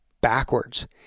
backwards